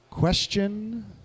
Question